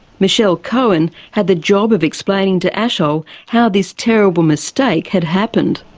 michelle cohen had the job of explaining to ashol how this terrible mistake had happened.